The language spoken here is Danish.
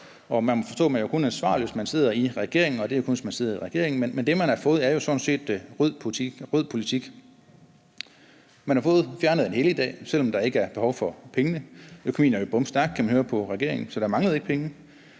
må forstå, at man kun er ansvarlig, hvis man sidder i regeringen, og det er jo kun, hvis man sidder i regeringen. Men det, man har fået, er sådan set rød politik. Man har fået fjernet en helligdag, selv om der ikke er behov for pengene. Økonomien er jo bomstærk, kan man høre på regeringen, så der manglede ikke penge.